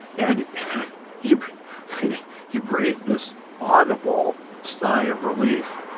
and he he breathed this audible sigh of relief.